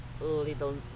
little